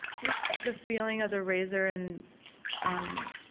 just the feeling of the razor and um